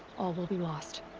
all will be lost.